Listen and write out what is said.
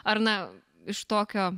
ar na iš tokio